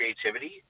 creativity